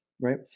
right